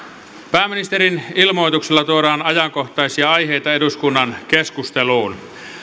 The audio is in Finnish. pääministerin ilmoituksella tuodaan ajankohtaisia aiheita eduskunnan keskusteluun